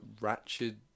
Ratchet